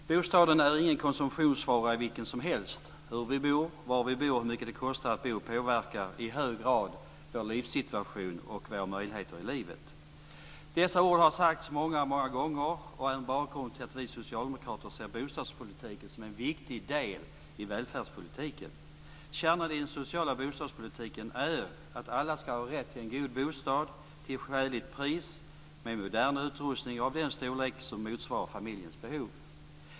Fru talman! Bostaden är ingen konsumtionsvara vilken som helst. Hur vi bor, var vi bor och hur mycket det kostar att bo påverkar i hög grad vår livssituation och våra möjligheter i livet. Dessa ord har sagts många gånger och är en bakgrund till att vi socialdemokrater ser bostadspolitiken som en viktig del i välfärdspolitiken. Kärnan i den sociala bostadspolitiken är att alla ska ha rätt till en god bostad till skäligt pris, med modern utrustning och av den storlek som motsvarar familjens behov.